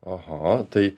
aha tai